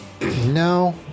no